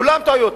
כולם טעויות,